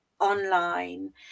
online